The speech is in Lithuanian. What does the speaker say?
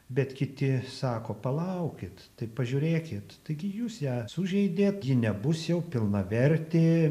bet kiti sako palaukit tai pažiūrėkit taigi jūs ją sužeidėt ji nebus jau pilnavertė